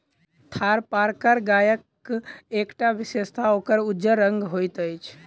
थारपारकर गायक एकटा विशेषता ओकर उज्जर रंग होइत अछि